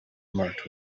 marked